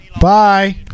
Bye